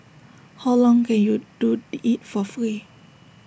how long can you do the IT for free